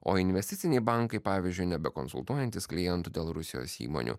o investiciniai bankai pavyzdžiui nebekonsultuojantys klientų dėl rusijos įmonių